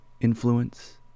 influence